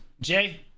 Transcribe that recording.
Jay